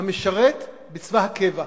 המשרת בצבא הקבע היום,